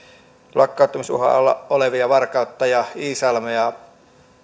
lakkauttamisuhan alla olevista varkaudesta ja